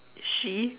she